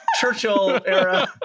Churchill-era